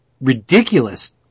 ridiculous